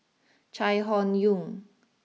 Chai Hon Yoong